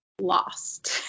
lost